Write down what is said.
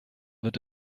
wird